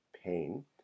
pain